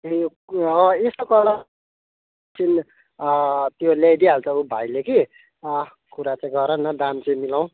ए यसो गर त्यो ल्याइदिई हाल्छ ऊ भाइले कि कुरा चाहिँ गर न दाम चाहिँ मिलाउँ